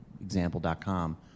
example.com